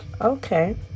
Okay